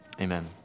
Amen